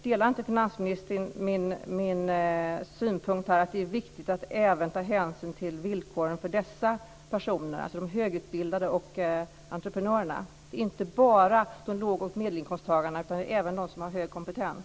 Delar inte finansministern min synpunkt att det är viktigt att även ta hänsyn till villkoren för de högutbildade och entreprenörerna? Det gäller inte bara lågoch medelinkomsttagarna utan även dem som har hög kompetens.